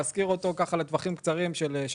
להשכיר אותו לטווחים של שנה,